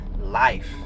life